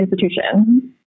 institution